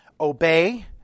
Obey